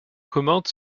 commandes